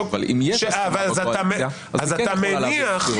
אבל אם יש הסכמה בקואליציה היא כן יכולה להעביר.